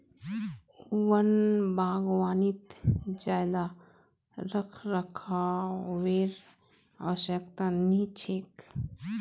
वन बागवानीत ज्यादा रखरखावेर आवश्यकता नी छेक